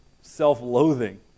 self-loathing